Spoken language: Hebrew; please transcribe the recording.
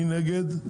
מי נגד?